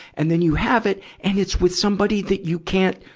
and then you have it, and it's with somebody that you can't,